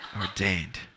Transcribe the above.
Ordained